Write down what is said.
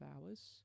hours